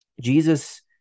Jesus